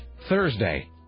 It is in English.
Thursday